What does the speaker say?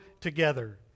together